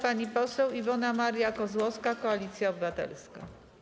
Pani poseł Iwona Maria Kozłowska, Koalicja Obywatelska.